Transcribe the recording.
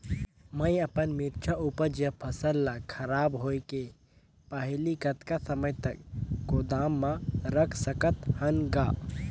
मैं अपन मिरचा ऊपज या फसल ला खराब होय के पहेली कतका समय तक गोदाम म रख सकथ हान ग?